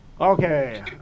Okay